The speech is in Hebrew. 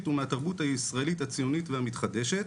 ומהתרבות הישראלית הציונית והמתחדשת,